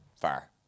far